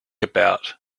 about